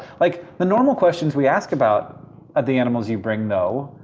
like, the normal questions we ask about ah the animals you bring, though,